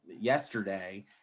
yesterday